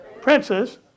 princes